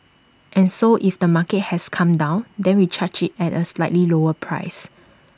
and so if the market has come down then we charge IT at A slightly lower price